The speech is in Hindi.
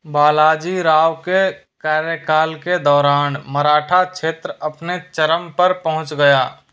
बालाजी राव के कार्यकाल के दौरान मराठा क्षेत्र अपने चरम पर पहुँच गया